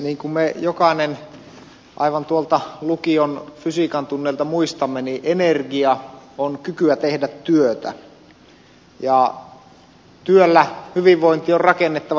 niin kuin me jokainen aivan tuolta lukion fysiikantunneilta muistamme niin energia on kykyä tehdä työtä ja työllä hyvinvointi on rakennettava tulevaisuudessakin